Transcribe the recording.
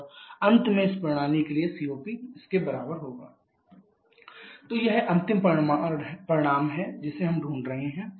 और अंत में इस प्रणाली के लिए COP इसके बराबर होगा COPQEWC7181612446 तो यह अंतिम परिणाम है जिसे हम ढूंढ रहे हैं